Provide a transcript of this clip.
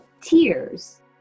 tears